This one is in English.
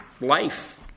life